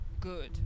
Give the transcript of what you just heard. good